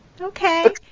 okay